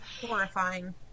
horrifying